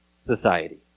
society